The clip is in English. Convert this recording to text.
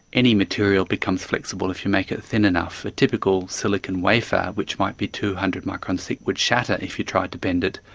any material becomes flexible if you make it thin enough. a typical silicon wafer which might be two hundred microns thick would shatter if you tried to bend it,